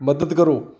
ਮਦਦ ਕਰੋ